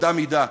באותה מידה,